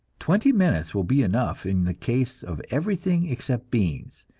twenty minutes will be enough in the case of everything except beans,